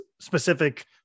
specific